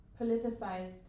politicized